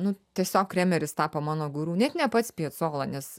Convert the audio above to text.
nu tiesiog kremeris tapo mano guru net ne pats piacola nes